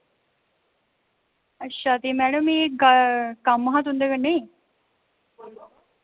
अच्छा ते मैडम कम्म हा तुंदे कन्नै